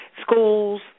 schools